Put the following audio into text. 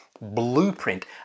blueprint